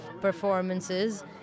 performances